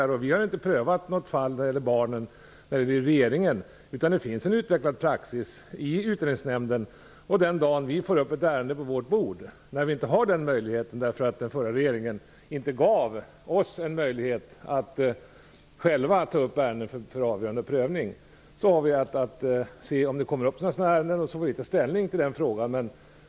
Vi har inte prövat något fall av detta slag som gäller barn i regeringen. Det finns en utvecklad praxis i Utlänningsnämnden. Den dag vi får upp ett ärende på vårt bord har vi att ta ställning till den frågan. Den förra regeringen gav oss inte någon möjlighet att själva ta upp ärenden för prövning och avgörande.